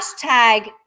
hashtag